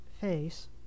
face